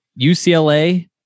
UCLA